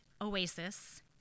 oasis